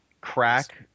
crack